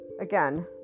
again